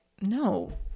no